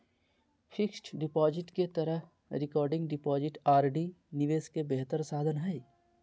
fixed deposit के तरह recurring deposit RD निवेश के बेहतर साधन हइ